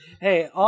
Hey